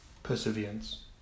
Perseverance